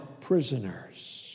prisoners